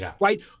right